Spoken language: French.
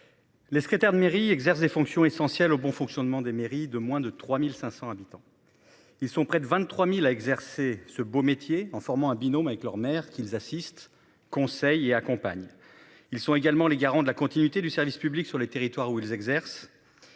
Les secrétaires de mairie exerce des fonctions essentielles au bon fonctionnement des mairies de moins de 3500 habitants. Ils sont près de 23.000 à exercer ce beau métier en formant un binôme avec leur mère qu'ils assistent, conseille et accompagne. Ils sont également les garants de la continuité du service public sur les territoires où ils exercent.